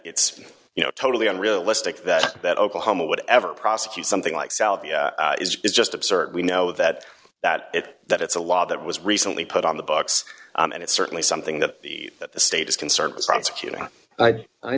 it's you know totally unrealistic that that oklahoma would ever prosecute something like salvia is just absurd we know that that it that it's a law that was recently put on the books and it's certainly something that the that the state is concerned with pro